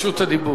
רשות הדיבור.